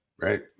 right